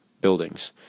buildings